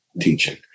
teaching